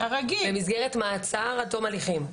מסגרת מעצר עד תום הליכים,